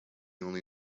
only